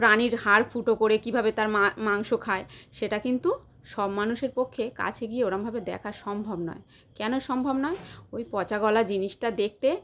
প্রাণীর হাড় ফুটো করে কীভাবে তার মাংস খায় সেটা কিন্তু সব মানুষের পক্ষে কাছে গিয়ে ওরকমভাবে দেখা সম্ভব নয় কেন সম্ভব নয় ওই পচা গলা জিনিসটা দেখতে